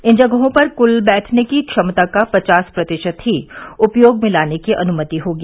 इन जगहों पर कुल बैठने की क्षमता का पचास प्रतिशत ही उपयोग में लाने की अनुमति होगी